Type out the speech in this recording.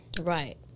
Right